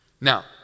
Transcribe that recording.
Now